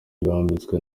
bambitswe